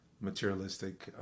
materialistic